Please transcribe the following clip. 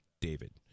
David